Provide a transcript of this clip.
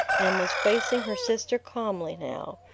and was facing her sister calmly now.